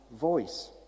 voice